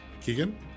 Keegan